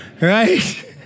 right